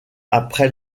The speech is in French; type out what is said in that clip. après